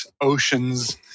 oceans